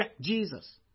Jesus